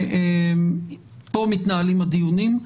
פה מתנהלים הדיונים.